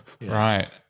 Right